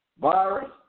virus